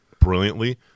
brilliantly